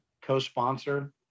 co-sponsor